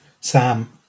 Sam